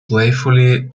playfully